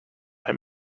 him